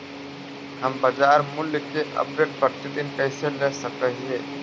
हम बाजार मूल्य के अपडेट, प्रतिदिन कैसे ले सक हिय?